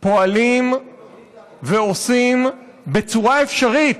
פועלים ועושים בצורה אפשרית,